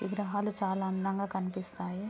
విగ్రహాలు చాలా అందంగా కనిపిస్తాయి